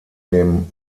dem